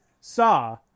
saw